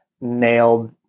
nailed